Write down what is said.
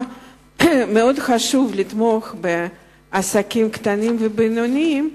מאוד חשוב לתמוך בעסקים קטנים ובינוניים,